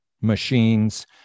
machines